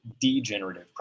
degenerative